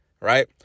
right